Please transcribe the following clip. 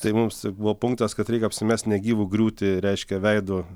tai mums buvo punktas kad reik apsimest negyvu griūti reiškia veidu